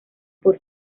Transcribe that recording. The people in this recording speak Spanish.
por